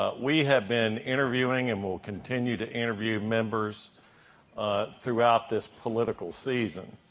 ah we have been interviewing and will continue to interview members throughout this political season.